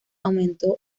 aumentó